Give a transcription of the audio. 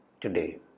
today